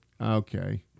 Okay